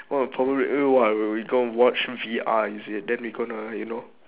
oh probably eh what we gonna watch some V_R is it then we're gonna you know